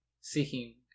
seeking